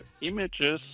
images